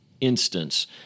instance